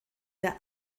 der